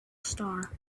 star